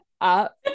up